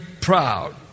proud